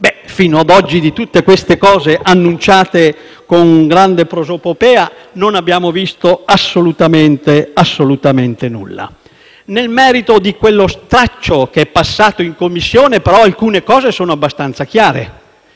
fare. Fino a oggi, di tutte queste cose annunciate con grande prosopopea, non abbiamo visto assolutamente nulla. Nel merito di quello "straccio" che è passato in Commissione alcune cose sono però abbastanza chiare.